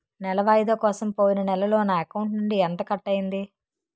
నెల వాయిదా కోసం పోయిన నెలలో నా అకౌంట్ నుండి ఎంత కట్ అయ్యింది?